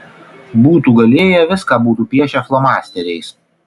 būtų galėję viską būtų piešę flomasteriais